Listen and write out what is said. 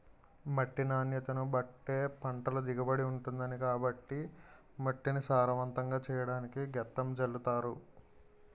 మట్టి నాణ్యతను బట్టే పంటల దిగుబడి ఉంటుంది కాబట్టి మట్టిని సారవంతంగా చెయ్యడానికి గెత్తం జల్లుతారు